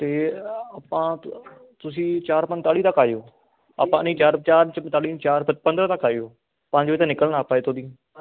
ਅਤੇ ਆਪਾਂ ਤੁਸੀਂ ਚਾਰ ਪੰਤਾਲੀ ਤੱਕ ਆ ਜਿਓ ਆਪਾਂ ਨਹੀਂ ਚਾਰ ਚਾਰ ਪੰਤਾਲੀ ਚਾਰ ਪੰਦਰ੍ਹਾਂ ਤੱਕ ਆਇਓ ਪੰਜ ਵਜੇ ਤੋਂ ਨਿਕਲਣਾ ਆਪਾਂ ਇੱਥੋਂ ਦੀ